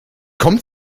kommt